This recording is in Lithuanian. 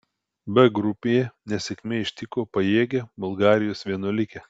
b grupėje nesėkmė ištiko pajėgią bulgarijos vienuolikę